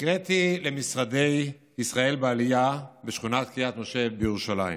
נקראתי למשרדי ישראל בעלייה בשכונת קריית משה בירושלים,